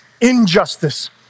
injustice